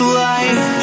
life